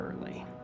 early